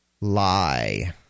Lie